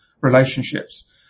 relationships